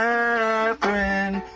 Catherine